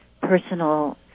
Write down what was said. personal